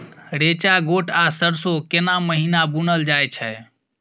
रेचा, गोट आ सरसो केना महिना बुनल जाय छै?